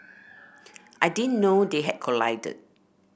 I didn't know they had collided